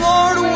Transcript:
Lord